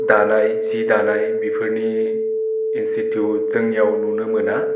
दानाय जि दानाय बिफोरनि इनस्टिटिउट जोंनियाव नुनो मोना